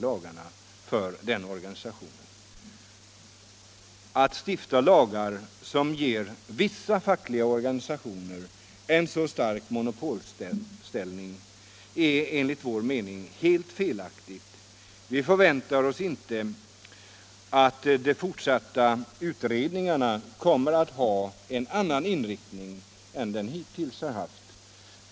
Att stifta lagar som ger vissa fackliga organisationer en så stark monopolställning är enligt vår mening helt felaktigt. Vi förväntar oss inte att de fortsatta utredningarna kommer att ha en annan inriktning än de utredningar haft som hittills arbetat.